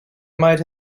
might